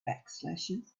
backslashes